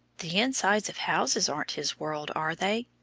the insides of houses aren't his world, are they?